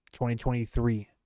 2023